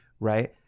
right